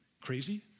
Crazy